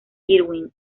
irwin